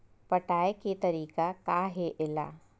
पटाय के तरीका का हे एला?